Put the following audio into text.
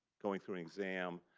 going through an exam,